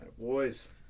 boys